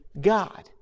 God